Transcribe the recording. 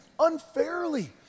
unfairly